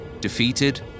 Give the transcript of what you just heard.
Defeated